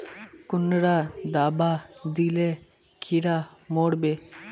कुंडा दाबा दिले कीड़ा मोर बे?